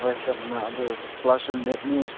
ꯍꯣꯏ ꯆꯞ ꯃꯥꯟꯅꯩ ꯑꯗꯨ ꯀ꯭ꯂꯥꯁꯁꯨ ꯃꯦꯠꯅꯤ